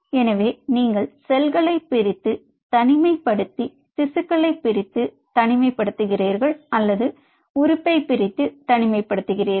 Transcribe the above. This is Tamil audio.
எனவே நீங்கள் செல்களை பிரித்து தனிமைப்படுத்தி திசுக்களை பிரித்து தனிமைப்படுத்துகிறீர்கள் அல்லது உறுப்பை பிரித்து தனிமைப்படுத்துகிறீர்கள்